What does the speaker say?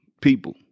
people